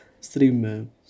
Stream